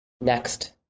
next